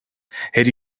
her